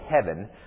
heaven